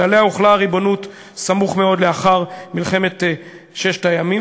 שעליה הוחלה הריבונות סמוך מאוד לאחר מלחמת ששת הימים.